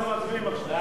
סעיפים 1 8